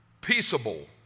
peaceable